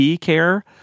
care